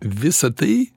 visa tai